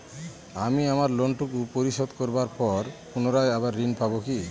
আমি আমার লোন টুকু পরিশোধ করবার পর পুনরায় আবার ঋণ পাবো কি?